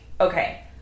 okay